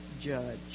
judge